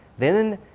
then.